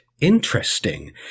interesting